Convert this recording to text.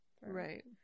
right